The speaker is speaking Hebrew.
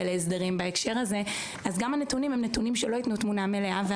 להסדרים בהקשר הזה אז גם הנתונים לא ייתנו תמונה מלאה.